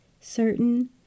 certain